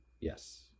Yes